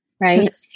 right